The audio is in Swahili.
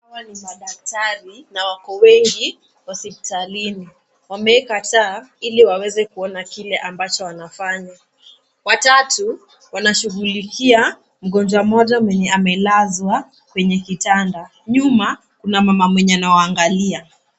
Hawa ni madaktari na wako hosiptalini. Wame weka taa ili waweze kuona kile ambacho wanafanya. Watatu, wanashughulikia mgonjwa mmoja mwenye amelazwa kwenye kitanda. Nyuma, kuna mama mwenye anawaangalia.